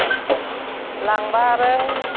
अ लांबा आरो